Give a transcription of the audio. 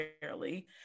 fairly